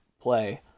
play